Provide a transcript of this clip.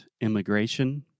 immigration